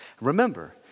Remember